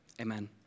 Amen